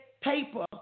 paper